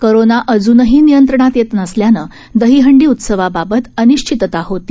corona अजूनही नियंत्रणात येत नसल्यानं दहीहंडी उत्सवाबाबत अनिश्चितता होती